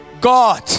God